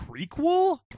prequel